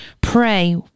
pray